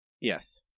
yes